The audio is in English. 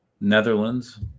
Netherlands